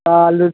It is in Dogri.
दाल